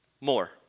More